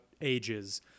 ages